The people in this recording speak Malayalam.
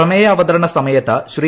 പ്രമേയ അവതരണ സമയത്ത് ശ്രീ